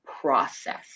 process